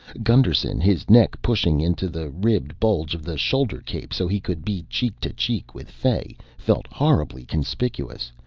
gusterson, his neck pushing into the ribbed bulge of the shoulder cape so he could be cheek to cheek with fay, felt horribly conspicuous,